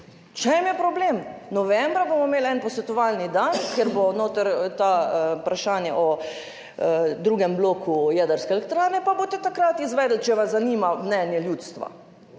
čem je problem? Novembra bomo imeli en posvetovalni dan, kjer bo noter to vprašanje o drugem bloku jedrske elektrarne, pa boste takrat izvedli, če vas zanima mnenje ljudstva.